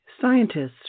Scientists